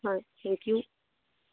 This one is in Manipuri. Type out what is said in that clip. ꯍꯣꯏ ꯊꯦꯡ ꯌꯨ